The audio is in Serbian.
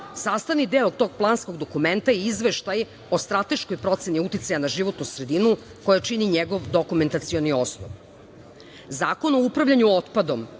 Sastavni deo tog planskog dokumenta je izveštaj o strateškoj proceni uticaja na životnu sredinu koja čini njegov dokumentacioni osnov. Zakon o upravljanju otpadom